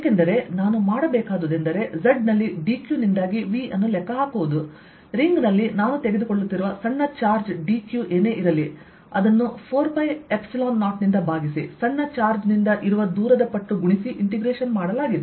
ಏಕೆಂದರೆ ನಾನು ಮಾಡಬೇಕಾದುದೆಂದರೆ z ನಲ್ಲಿ dq ನಿಂದಾಗಿ V ಅನ್ನು ಲೆಕ್ಕಹಾಕುವುದು ರಿಂಗ್ ನಲ್ಲಿ ನಾನು ತೆಗೆದುಕೊಳ್ಳುತ್ತಿರುವ ಸಣ್ಣ ಚಾರ್ಜ್ dq ಏನೇ ಇರಲಿ ಅದನ್ನು 4π0ನಿಂದ ಭಾಗಿಸಿ ಸಣ್ಣ ಚಾರ್ಜ್ನಿಂದ ಇರುವ ದೂರದ ಪಟ್ಟು ಗುಣಿಸಿ ಇಂಟೆಗ್ರೇಶನ್ ಮಾಡಲಾಗಿದೆ